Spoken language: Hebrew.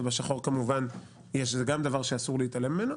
ובשחור יש גם דבר שאסור להתעלם ממנו.